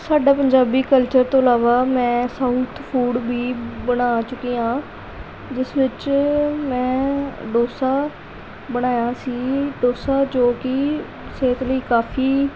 ਸਾਡੇ ਪੰਜਾਬੀ ਕਲਚਰ ਤੋਂ ਇਲਾਵਾਂ ਮੈਂ ਸਾਊਥ ਫੂਡ ਵੀ ਬਣਾ ਚੁੱਕੀ ਹਾਂ ਜਿਸ ਵਿੱਚ ਮੈਂ ਡੋਸਾ ਬਣਾਇਆ ਸੀ ਡੋਸਾ ਜੋ ਕਿ ਸਿਹਤ ਲਈ ਕਾਫ਼ੀ